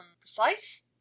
precise